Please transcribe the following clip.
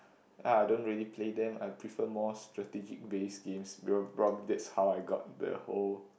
ah I don't really play them I prefer more strategic based games probably that's how I get the whole